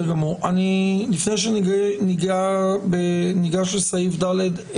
לפני שניגש לסעיף (ד),